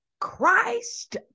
Christ